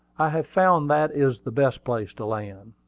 i have found that is the best place to land.